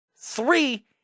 three